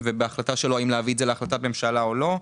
ובהחלטה שלו האם להביא את זה להחלטת ממשלה או לא.